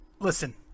listen